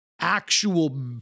actual